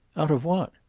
out of what?